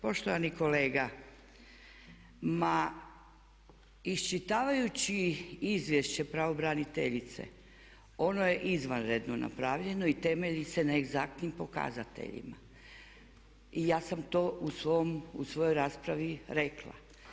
Poštovani kolega, ma iščitavajući izvješće pravobraniteljice ono je izvanredno napravljeno i temelji se na egzaktnim pokazateljima i ja sam tu u svojoj raspravi rekla.